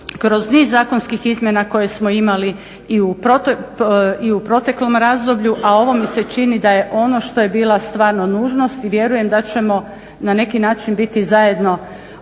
kroz niz zakonskih izmjena koje smo imali i u proteklom razdoblju. A ovo mi se čini da je ono što je bila stvarno nužnost i vjerujem da ćemo na neki način biti zajedno, svi